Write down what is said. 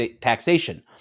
taxation